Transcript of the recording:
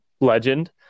legend